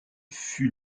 fut